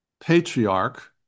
patriarch